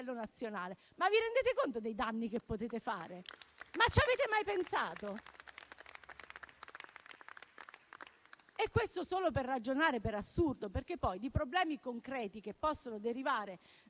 Ma vi rendete conto dei danni che potete fare? Ci avete mai pensato? Questo solo per ragionare per assurdo, perché poi di problemi concreti, che possono derivare